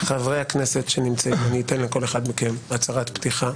אתן לכל אחד מחברי הכנסת שנמצאים הצהרת פתיחה